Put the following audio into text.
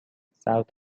south